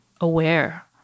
aware